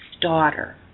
daughter